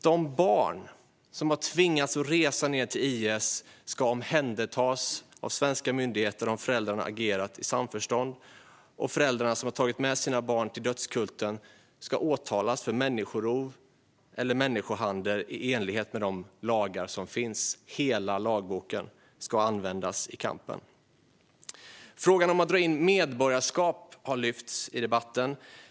De barn som har tvingats resa ned till IS ska omhändertas av svenska myndigheter om föräldrarna agerat i samförstånd, och föräldrarna som har tagit med sina barn till dödskulten ska åtalas för människorov eller människohandel i enlighet med de lagar som finns. Hela lagboken ska användas i kampen. Frågan om att dra in medborgarskap har lyfts fram i debatten.